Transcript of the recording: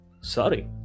Sorry